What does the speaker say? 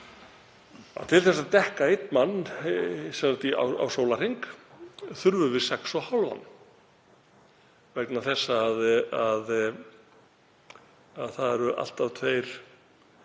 til þess að dekka einn mann í sólarhring þurfum við sex og hálfan, vegna þess að það eru alltaf tveir